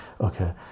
Okay